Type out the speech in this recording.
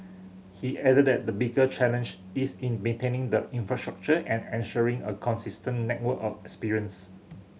he added that the bigger challenge is in maintaining the infrastructure and ensuring a consistent network experience